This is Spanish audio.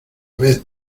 vez